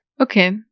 Okay